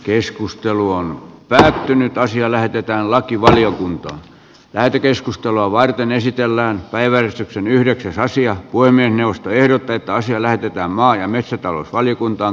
keskustelu on päättynyt ja asia lähetetään lakivaliokuntaan lähetekeskustelua varten esitellään päivän yhdeksäs asian voimien puhemiesneuvosto ehdottaa että asia lähetetään maa ja metsätalousvaliokuntaan